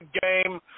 game